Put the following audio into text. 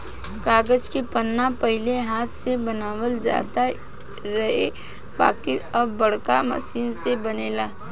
कागज के पन्ना पहिले हाथ से बनावल जात रहे बाकिर अब बाड़का मशीन से बनेला